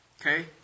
Okay